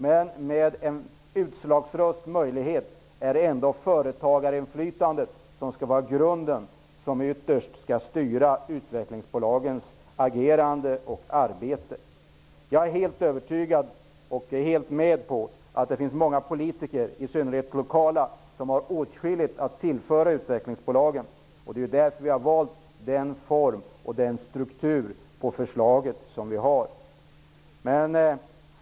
Men genom möjligheten till utlagsröst är det ändå företagarinflytandet som skall utgöra grunden och som ytterst skall styra utvecklingsbolagens agerande och arbete. Jag är helt övertygad om att det finns många politiker, i synnerhet lokala, som har åtskilligt att tillföra utvecklingsbolagen. Det är ju därför vi har valt att ha den form och struktur på förslaget som vi har.